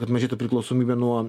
kad mažėtų priklausomybė nuo